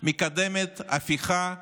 מקדמת הפיכה משטרית.